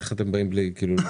איך אתם באים בלי ---?